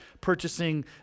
purchasing